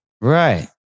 right